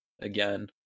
again